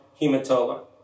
hematoma